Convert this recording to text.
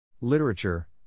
Literature